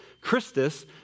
Christus